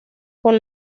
con